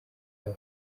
hari